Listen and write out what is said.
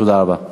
תודה רבה.